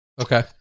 Okay